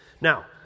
Now